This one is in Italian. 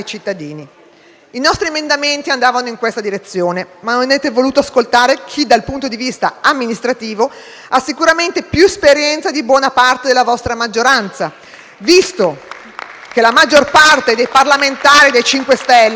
I nostri emendamenti andavano in questa direzione, ma non avete voluto ascoltare chi dal punto di vista amministrativo ha sicuramente più esperienza di buona parte della vostra maggioranza, visto che la maggior parte dei parlamentari dei 5 Stelle